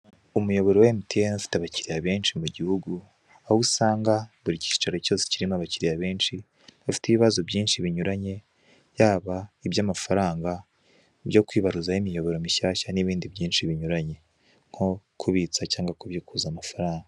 Umuyoboro wa emutiyeni ufite abakiriya benshi mu gihugu, aho usanga buri cyicaro cyose kirimo abakiriya benshi bafite ibibazo byinshi binyuranye: yaba iby'amafaranga, ibyo kwibaruzaho imiyoboro mishyashya n'ibindi binyuranye nko kubitsa cyangwa kubikuza amafaranga.